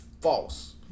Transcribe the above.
false